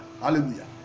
Hallelujah